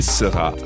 sera